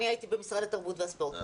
אני הייתי במשרד התרבות והספורט,